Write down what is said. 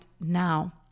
now